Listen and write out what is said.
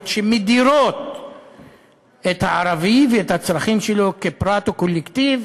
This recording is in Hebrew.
שמדירות את הערבי ואת הצרכים שלו כפרט וקולקטיב